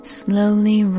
slowly